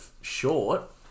short